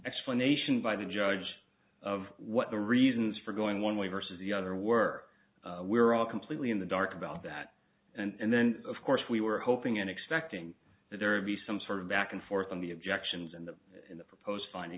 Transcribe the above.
explanation by the judge of what the reasons for going one way versus the other were we were all completely in the dark about that and then of course we were hoping and expecting that there be some sort of back and forth on the objections in the in the proposed find